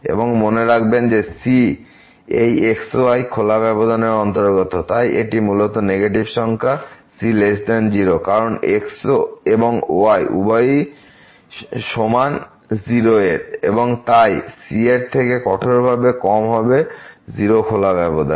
এবং মনে রাখবেন যে c এই x y খোলা ব্যবধানের অন্তর্গত তাই এটি মূলত একটি নেগেটিভ সংখ্যা c 0 কারণ x এবং y উভয়ই সমান 0 এর এবং তাই c এর থেকে কঠোরভাবে কম হবে 0 খোলা ব্যবধানে